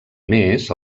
més